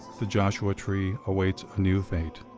the joshua tree awaits a new fate.